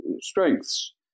strengths